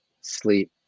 sleep